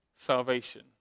salvation